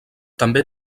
també